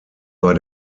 bei